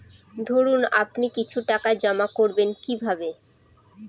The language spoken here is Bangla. ধরুন আপনি কিছু টাকা জমা করবেন কিভাবে?